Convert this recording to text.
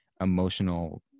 emotional